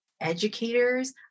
educators